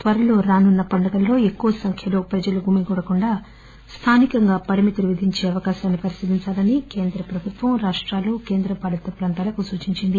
త్వరలో రానున్న పండుగల్లో ఎక్కువ సంఖ్యలో ప్రజలు గుమిగూడకుండా స్థానికంగా పరిమితులు విధించే అవకాశాన్ని పరిశీలించాలని కేంద్ర ప్రభుత్వం రాష్రాలు కేంద్రపాలిత ప్రాంతాలకు సూచించింది